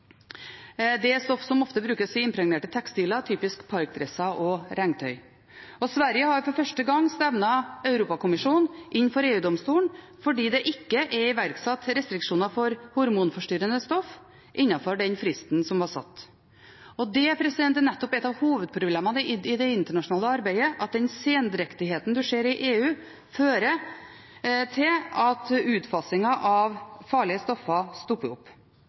Det er stoff som ofte brukes i impregnerte tekstiler, typisk parkdresser og regntøy. Og Sverige har for første gang stevnet Europakommisjonen inn for EU-domstolen fordi det ikke er iverksatt restriksjoner for hormonforstyrrende stoff innenfor den fristen som var satt. Det er nettopp et av hovedproblemene i det internasjonale arbeidet, at den sendrektigheten man ser i EU, fører til at utfasingen av farlige stoffer stopper opp.